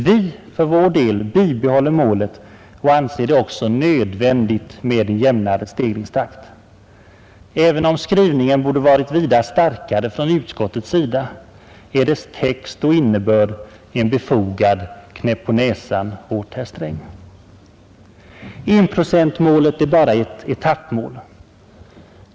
Vi för vår del bibehåller målet och anser det också nödvändigt med en jämnare stegringstakt. Även om skrivningen borde varit vida starkare från utskottets sida är dess text och innebörd en befogad reprimand åt herr Sträng. Enprocentsmålet är bara ett etappmål.